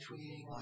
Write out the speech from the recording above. tweeting